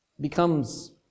becomes